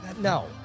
No